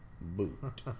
Boot